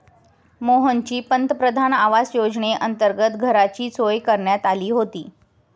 मोहनची पंतप्रधान आवास योजनेअंतर्गत घराची सोय करण्यात आली होती